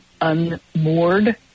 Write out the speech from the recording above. unmoored